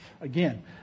Again